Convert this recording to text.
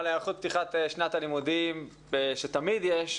היערכות לפתיחת שנה"ל תשפ"א בחינוך המיוחד.